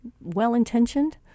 well-intentioned